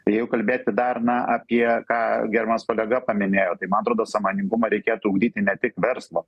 jeigu kalbėti dar na apie ką gerbiamas kolega paminėjo tai man atrodo sąmoningumą reikėtų ugdyti ne tik verslo